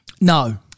no